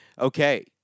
Okay